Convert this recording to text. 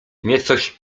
niecoś